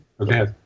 okay